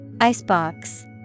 Icebox